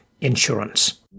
insurance